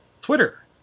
twitter